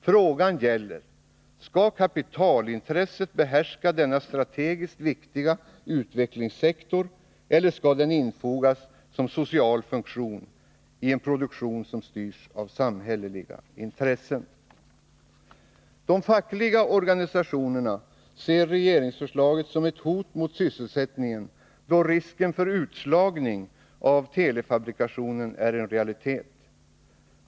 Frågan gäller: Skall kapitalintresset behärska denna strategiskt viktiga utvecklingssektor eller skall den infogas som social funktion i en produktion som styrs av samhälleliga intressen? De fackliga organisationerna ser regeringsförslaget som ett hot mot sysselsättningen, då risken för utslagning av telefabrikationen är en realitet.